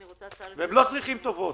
והם לא צריכים טובות,